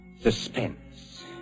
Suspense